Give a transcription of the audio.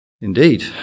Indeed